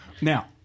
Now